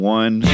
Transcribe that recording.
one